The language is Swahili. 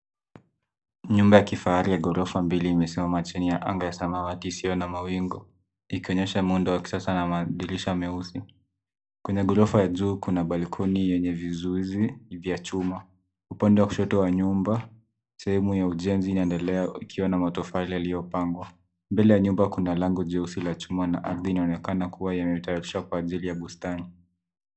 Nyumba ya kifahari ya ghorofa mbili imesimama chini ya anga ya samawati isiyo na mawingu. Ikionyesha muundo wa kisasa na madirisha meusi. Kwenye ghorofa ya juu kuna balkoni yenye vizuizi vya chuma. Upande wa kushoto wa nyumba, sehemu ya ujenzi inaendelea ikiwa na matofali yaliyopangwa. Mbele ya nyumba kuna lango jeusi la chuma na ardhi inaonekana kuwa yametayarishwa kwa ajili ya bustani.